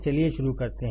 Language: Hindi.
चलिए शुरू करते हैं